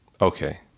Okay